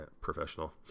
Professional